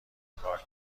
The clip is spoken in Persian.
کار